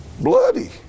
bloody